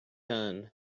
done